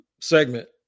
segment